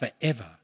forever